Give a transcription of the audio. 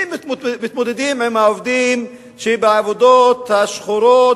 הם מתמודדים עם העובדים שבעבודות השחורות,